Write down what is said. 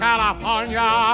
California